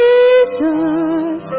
Jesus